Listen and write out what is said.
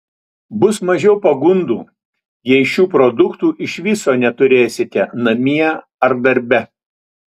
bus mažiau pagundų jei šių produktų iš viso neturėsite namie ar darbe